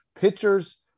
Pitchers